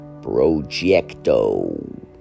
Projecto